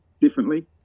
differently